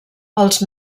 els